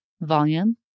volume